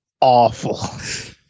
awful